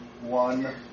one